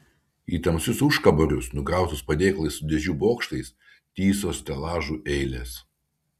į tamsius užkaborius nukrautus padėklais su dėžių bokštais tįso stelažų eilės